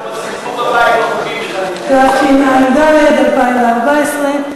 התשע"ד 2014,